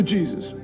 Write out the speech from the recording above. Jesus